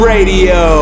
Radio